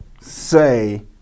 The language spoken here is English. say